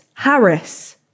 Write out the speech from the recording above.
Harris